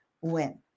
win